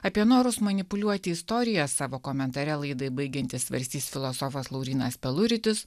apie norus manipuliuoti istorija savo komentare laidai baigiantis svarstys filosofas laurynas peluritis